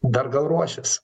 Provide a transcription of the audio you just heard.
dar gal ruošias